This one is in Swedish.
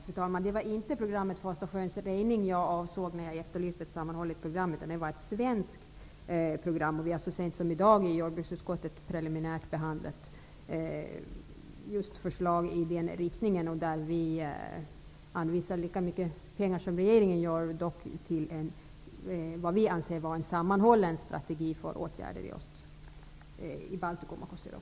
Fru talman! Det var ine programmet för Östersjöns räddning som jag avsåg när jag efterlyste ett sammanhållet program, utan ett svenskt program. Vi har så sent som i dag i jordbruksutskottet preliminärt behandlat just förslag i den riktningen. Vi anvisar lika mycket pengar som regeringen gör, dock med en, som vi anser det, mer sammanhållen strategi när det gäller åtgärder i Baltikum och